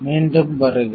மீண்டும் வருக